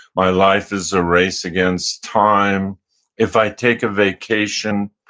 my life is a race against time if i take a vacation.